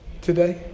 today